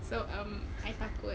so um I takut